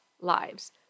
lives